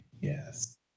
yes